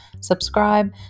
subscribe